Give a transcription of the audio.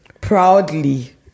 Proudly